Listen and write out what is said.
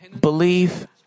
believe